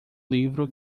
livro